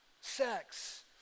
sex